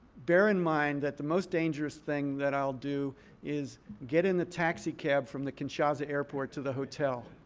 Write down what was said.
bear in mind that the most dangerous thing that i'll do is get in the taxi cab from the kinshasa airport to the hotel.